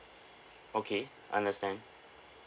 okay understand